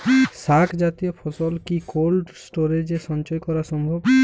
শাক জাতীয় ফসল কি কোল্ড স্টোরেজে সঞ্চয় করা সম্ভব?